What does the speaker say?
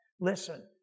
Listen